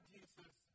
Jesus